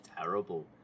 terrible